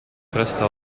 cresta